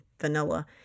vanilla